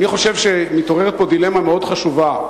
אני חושב שמתעוררת פה דילמה מאוד חשובה.